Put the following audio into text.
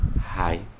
Hi